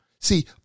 See